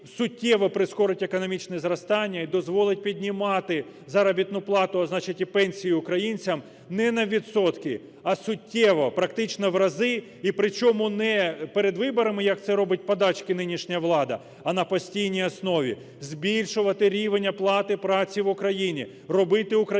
суттєво прискорить економічне зростання і дозволить піднімати заробітну плату, а значить і пенсію українцям не на відсотки, а суттєво, практично в рази, і причому не перед виборами, як це робить подачки нинішня влада, а на постійній основі. Збільшувати рівень оплати праці в Україні, робити українців